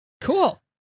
Cool